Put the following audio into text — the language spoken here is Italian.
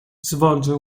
svolge